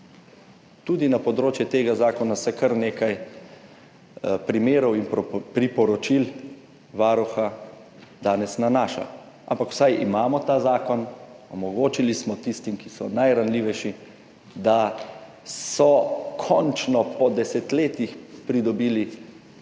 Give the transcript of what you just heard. Tudi na področje tega zakona se danes nanaša kar nekaj primerov in priporočil Varuha, ampak vsaj imamo ta zakon. Omogočili smo tistim, ki so najranljivejši, da so končno po desetletjih pridobili